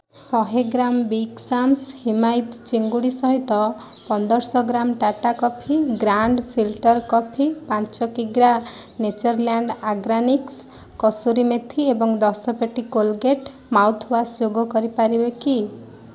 ଶହେ gram big ସାମ୍ସ୍ ହିମାୟିତ ଚିଙ୍ଗୁଡ଼ି ସହିତ ପନ୍ଦରଶହ gram Tata coffee grand filter coffee ପାଞ୍ଚ କିଗ୍ରା ନେଚର୍ଲ୍ୟାଣ୍ଡ୍ ଅର୍ଗାନିକ୍ସ୍ କସ୍ତୁରୀ ମେଥି ଏବଂ ଦଶ ପେଟି କୋଲଗେଟ୍ ମାଉଥ୍ୱାଶ୍ ଯୋଗ କରିପାରିବେ କି